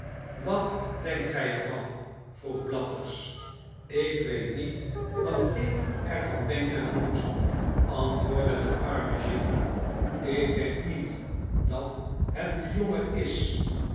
wat denkt gij er van vroeg blathers ik weet niet wat ik er van denken moet antwoordde de arme giles ik denk niet dat het de jongen is